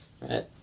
Right